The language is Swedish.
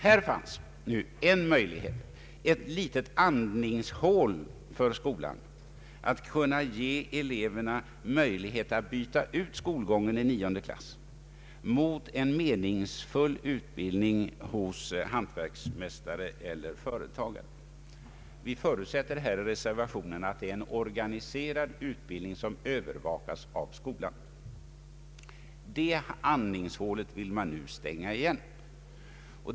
Här fanns en möjlighet, ett litet andningshål, för skolan att ge eleverna möjlighet att byta ut skolgången i nionde klass mot en meningsfull utbildning hos hantverksmästare eller företagare. Vi förutsätter i reservationen att det är en organiserad utbildning som övervakas av skolan. Det andningshålet vill man nu täppa till.